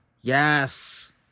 Yes